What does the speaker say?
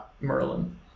Merlin